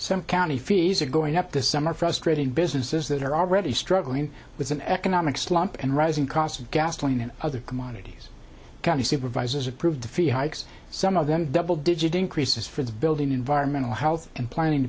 some county fees are going up this summer frustrating businesses that are already struggling with an economic slump and rising cost of gasoline and other commodities county supervisors approved fee hikes some of them double digit increases for the building environmental health and planning